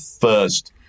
first